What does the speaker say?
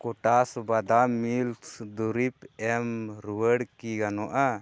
ᱠᱳᱴᱟᱥ ᱵᱟᱫᱟᱢ ᱢᱤᱞᱠᱥ ᱫᱩᱨᱤᱵᱽ ᱮᱢ ᱨᱩᱭᱟᱹᱲ ᱠᱤ ᱜᱟᱱᱚᱜᱼᱟ